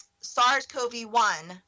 SARS-CoV-1